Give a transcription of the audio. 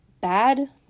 Bad